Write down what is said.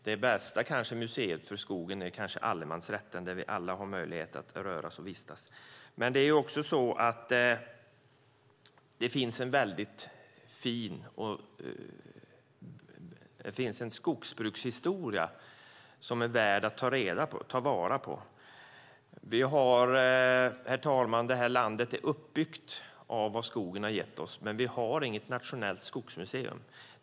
Det kanske bästa museet för skogen är allemansrätten, där vi alla har möjlighet att röra oss och vistas. Men det finns också en väldigt fin skogsbrukshistoria som är värd att ta vara på. Landet är uppbyggt av vad skogen har gett oss, herr talman, men vi har inget nationellt skogsmuseum.